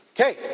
Okay